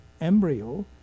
embryo